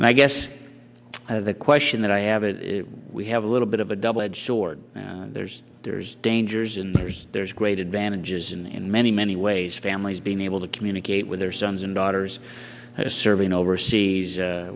and i guess the question that i have is we have a little bit of a double edged sword and there's there's dangers and there's there's great advantages in in many many ways families being able to communicate with their sons and daughters serving overseas